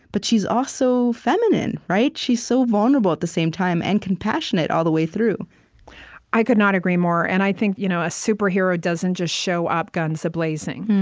but she's also feminine, right? she's so vulnerable, at the same time, and compassionate all the way through i could not agree more. and i think you know a superhero doesn't just show up, guns a-blazing,